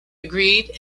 agreed